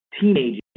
teenagers